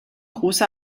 große